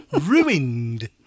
Ruined